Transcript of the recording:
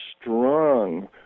strong